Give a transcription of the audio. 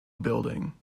building